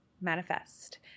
Manifest